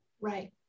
Right